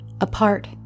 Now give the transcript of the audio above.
apart